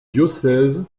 diocèse